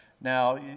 Now